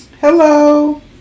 Hello